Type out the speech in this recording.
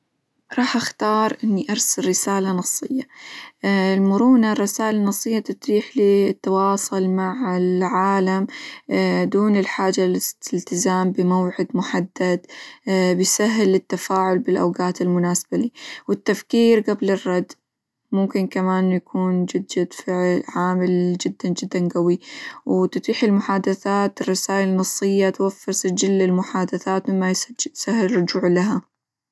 راح أختار إني أرسل رسالة نصية، المرونة، الرسائل النصية تتيح لي أتواصل مع العالم دون الحاجة -للس- للإلتزام بموعد محدد، بيسهل لي التفاعل بالأوقات المناسبة لي، والتفكير قبل الرد، ممكن كمان إنه يكون جد جد فيه -ع- عامل جدًا جدًا قوي، وتتيح المحادثات، الرسائل النصية توفر سجل للمحادثات مما -يسج- يسهل الرجوع لها.